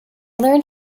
learned